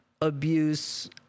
abuse